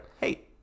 Hey